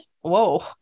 Whoa